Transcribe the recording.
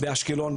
באשקלון,